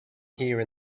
here